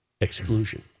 exclusion